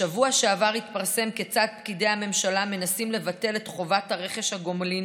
בשבוע שעבר התפרסם כיצד פקידי הממשלה מנסים לבטל את חובת רכש הגומלין